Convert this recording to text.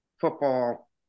football